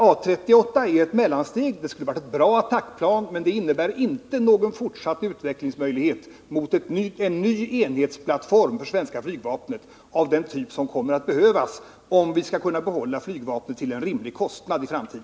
A 38 är ett mellansteg. Det skulle ha varit ett bra attackplan, men det ger inte någon möjlighet till utveckling mot en ny enhetsplattform för det svenska flygvapnet av den typ som kommer att behövas, om vi i framtiden skall kunna behålla flygvapnet till en rimlig kostnad.